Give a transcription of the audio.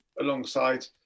alongside